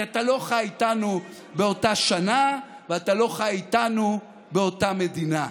כי אתה לא חי איתנו באותה שנה ואתה לא חי איתנו באותה מדינה.